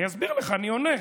אני אסביר לך, אני עונה.